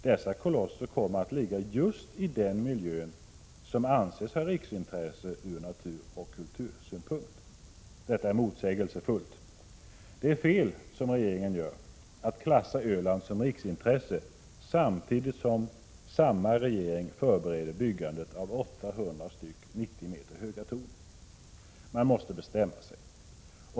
Dessa kolosser kommer att ligga just i den miljö som anses ha riksintresse ur naturoch kultursynpunkt. Detta är motsägelsefullt. Det är fel, som regeringen gör, att klassa Öland som riksintresse, samtidigt som samma regering förbereder byggandet av 800 stycken 90 meter höga torn. Man måste bestämma sig.